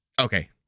Okay